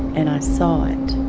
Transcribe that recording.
and i saw it.